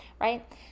right